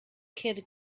kid